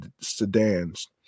sedans